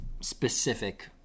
specific